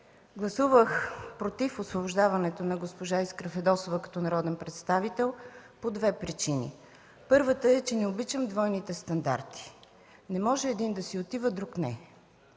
Гласувах „против” освобождаването на госпожа Искра Фидосова като народен представител по две причини. Първата е, че не обичам двойните стандарти – не може един да си отива, друг не.